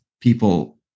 people